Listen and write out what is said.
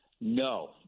No